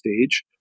stage